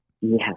Yes